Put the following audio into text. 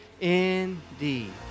indeed